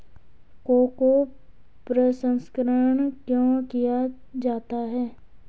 Cocoa प्रसंस्करण क्यों किया जाता है?